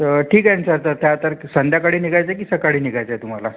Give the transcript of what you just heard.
तर ठीक आहे ना सर तर त्या तर्क संध्याकाळी निघायचं आहे की सकाळी निघायचं आहे तुम्हाला